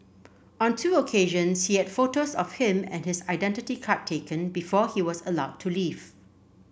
on two occasion he had photos of him and his identity card taken before he was allowed to leave